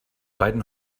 beiden